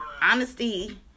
honesty